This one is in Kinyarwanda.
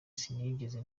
sinigeze